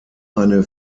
eine